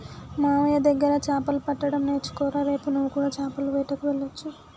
మామయ్య దగ్గర చాపలు పట్టడం నేర్చుకోరా రేపు నువ్వు కూడా చాపల వేటకు వెళ్లొచ్చు